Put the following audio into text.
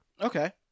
Okay